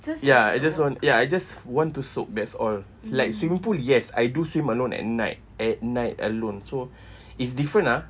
ya I just want ya I just want to soak that's all like swimming pool yes I do swim alone at night at night alone so it's different ah